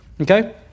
okay